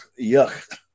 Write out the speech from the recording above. Yuck